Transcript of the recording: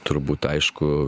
turbūt aišku